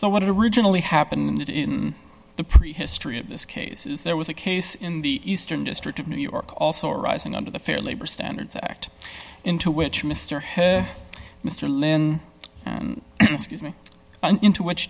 so what originally happened in the prehistory of this case is there was a case in the eastern district of new york also arising under the fair labor standards act into which mr head mr lynn excuse me into which